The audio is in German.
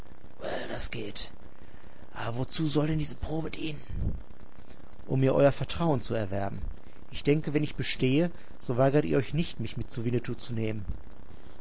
das geht aber wozu soll denn diese probe dienen um mir euer vertrauen zu erwerben ich denke wenn ich bestehe so weigert ihr euch nicht mich mit zu winnetou zu nehmen